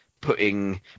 putting